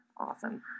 awesome